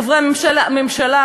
חברי הממשלה,